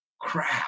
crap